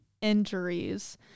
injuries